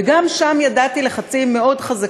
וגם שם ידעתי לחצים מאוד חזקים,